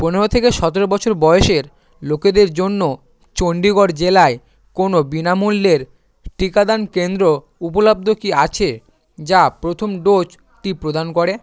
পনেরো থেকে সতেরো বছর বয়সের লোকেদের জন্য চণ্ডীগড় জেলায় কোনো বিনামূল্যের টিকাদান কেন্দ্র উপলব্ধ কি আছে যা প্রথম ডোজটি প্রদান করে